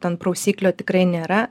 ten prausiklio tikrai nėra